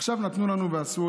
עכשיו הם הואילו בטובם,